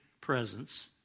presence